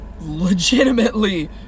legitimately